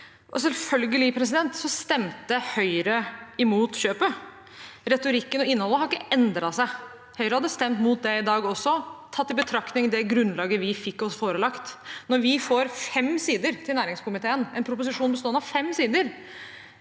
Selvfølgelig stemte Høyre mot kjøpet. Retorikken og innholdet har ikke endret seg. Høyre hadde stemt mot det i dag også, tatt i betraktning det grunnlaget vi fikk oss forelagt. Når vi får en proposisjon bestående av fem sider